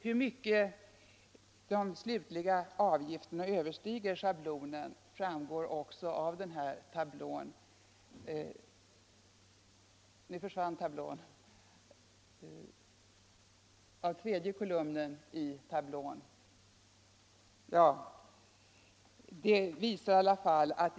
Hur mycket de slutliga avgifterna överstiger schablonen framgår också av den tablå jag visar på TV-skärmen.